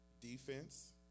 defense